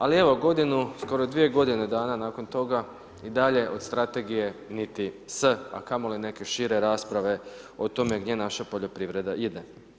Ali evo godinu, skoro dvije godine dana nakon toga i dalje od strategije niti S a kamoli neke šire rasprave o tome gdje naša poljoprivreda ide.